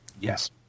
Yes